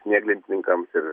snieglentininkams ir